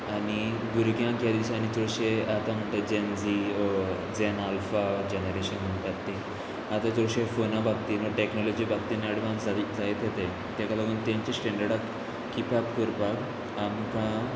आनी भुरग्यांक ह्या दिसांनी चडशे आतां म्हणटात जेन झी झॅन आल्फा जेनरेशन म्हणटात ती आतां चडशे फोना बाबतीन टॅक्नोलॉजी बाबतीन एडवान्स जाली जायते ताका लागून तेंची स्टँडर्डाक किप कोरपाक आमकां